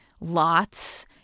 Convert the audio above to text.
lots